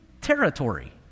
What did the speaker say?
territory